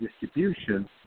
distribution